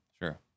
Sure